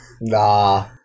Nah